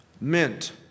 mint